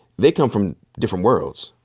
they come from different worlds.